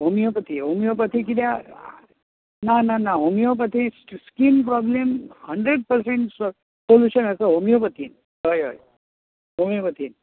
homeopathy homeopathy कित्याक ना ना ना homeopathy skin problem hundred percent solution हेचेर हॉम्यिोपेथीन हय हय होम्यिोपेथीन